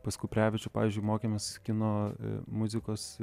pas kuprevičių pavyzdžiui mokėmės kino muzikos